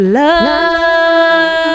love